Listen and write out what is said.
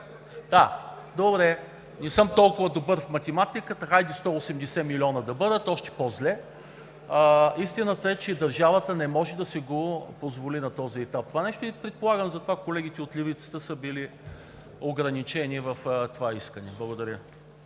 Да, добре. Не съм толкова добър в математиката. Хайде 180 милиона да бъдат, още по-зле. Истината е, че държавата не може да си позволи на този етап това нещо и предполагам затова колегите от левицата са били ограничени в това искане. Благодаря.